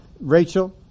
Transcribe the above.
rachel